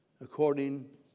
according